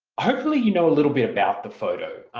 hopefully you know a little bit about the photo,